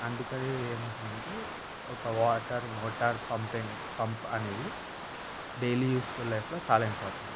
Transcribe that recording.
అందుకది ఏమంటున్నాను అంటే ఒక వాటర్ మోటర్ పంప్ పంప్ అనేది డైలీ యూజ్ఫుల్ లైఫ్లో చాలా ఇంపార్టెంట్